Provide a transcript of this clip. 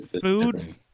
food